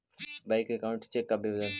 Bank account check का विवरण?